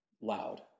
loud